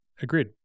Agreed